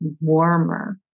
warmer